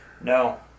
no